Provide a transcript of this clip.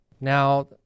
Now